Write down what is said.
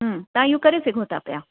हूं तव्हां इहो करे सघो था पिया